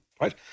right